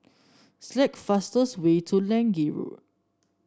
select the fastest way to Lange Road